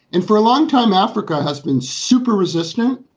and for a long time, africa has been super resistant.